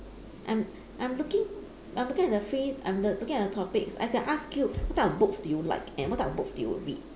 I'm I'm looking I'm looking at the free I'm l~ looking at the topic I can ask you what type of books do you like and what type of books do you read